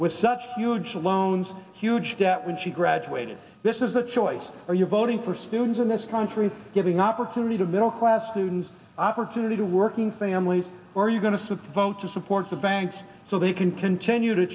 with such huge loans huge debt when she graduated this is a choice are you voting for students in this country giving opportunity to middle class students opportunity to working families or are you going to supposed to support the banks so they can continue to